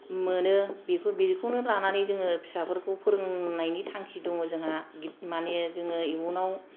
मोनो बेखौनो लानानै जोङो फिसाफोरखौ फोरोंनायनि थांखि दङ जोंहा माने जोङो इयुनाव